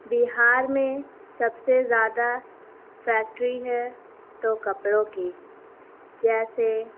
بہار میں سب سے زیادہ فیکٹری ہے تو کپڑوں کی جیسے